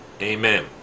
Amen